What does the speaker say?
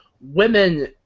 women